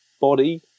body